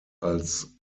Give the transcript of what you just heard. als